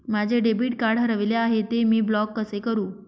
माझे debit card हरविले आहे, ते मी ब्लॉक कसे करु?